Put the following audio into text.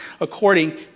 according